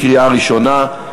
לקריאה ראשונה.